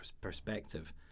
perspective